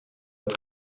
het